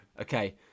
okay